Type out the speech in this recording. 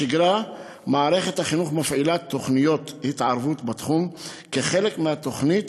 בשגרה מערכת החינוך מפעילה תוכניות התערבות בתחום כחלק מהתוכנית